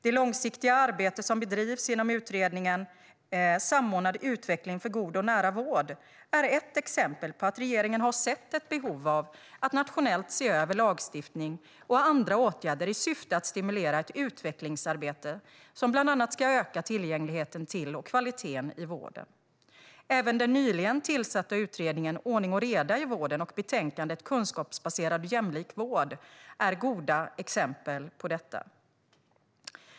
Det långsiktiga arbete som bedrivs inom utredningen Samordnad utveckling för god och nära vård är ett exempel på att regeringen har sett ett behov av att nationellt se över lagstiftning och andra åtgärder i syfte att stimulera ett utvecklingsarbete som bland annat ska öka tillgängligheten till och kvaliteten i vården. Även den nyligen tillsatta utredningen Ordning och reda i vården och betänkandet Kunskapsbaserad och jämlik vård är goda exempel på detta.